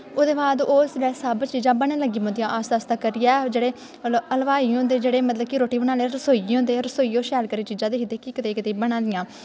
ओह्दे बाद ओह् जेल्लै सब चीजां बनन लगी पौंदियां आस्ता आस्ता करियै जेह्ड़े हलवाई होंदे जेह्ड़े मतलब कि रुट्टी बनाने आह्ले रसोइये होंदे रसोइये ओह् शैल करियै चीजां दिखदे कि कदेही कदेही बना दियां